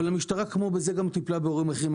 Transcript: אבל המשטרה כמו בזה גם טיפלה באירועים אחרים.